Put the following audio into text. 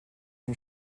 une